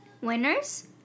winners